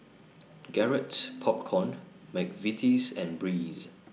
Garrett Popcorn Mcvitie's and Breeze